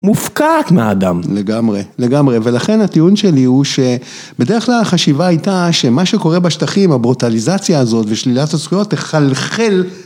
מופקעת מהאדם. לגמרי לגמרי ולכן הטיעון שלי הוא שבדרך כלל החשיבה הייתה שמה שקורה בשטחים הברוטליזציה הזאת ושלילת הזכויות תחלחל